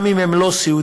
גם אם הם לא סיעודיים,